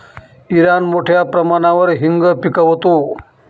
Iran मोठ्या प्रमाणावर हिंग पिकवतो